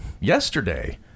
yesterday